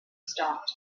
stopped